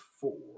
four